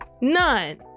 None